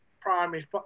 primary